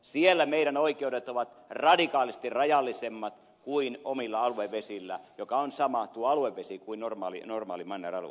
siellä meidän oikeutemme ovat radikaalisti rajallisemmat kuin omilla aluevesillämme joka on sama tuo aluevesi kuin normaali manneralue